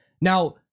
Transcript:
Now